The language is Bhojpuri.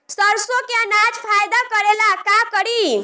सरसो के अनाज फायदा करेला का करी?